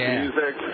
music